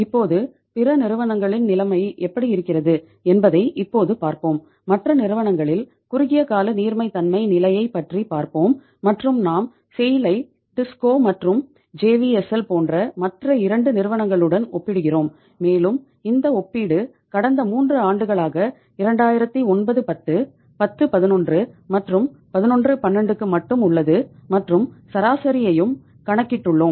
இப்போது பிற நிறுவனங்களின் நிலைமை எப்படி இருக்கிறது என்பதை இப்போது பார்ப்போம் மற்ற நிறுவனங்களில் குறுகிய கால நீர்மைத்தமை நிலையைப் பற்றி பாப்போம் மற்றும் நாம் செய்ல் ஐ போன்ற மற்ற 2 நிறுவனங்களுடன் ஒப்பிடுகிறோம் மேலும் இந்த ஒப்பீடு கடந்த 3 ஆண்டுகளான 2009 10 10 11 மற்றும் 11 12க்கு மட்டும் உள்ளது மற்றும் சராசரியையும் கணக்கிட்டுள்ளோம்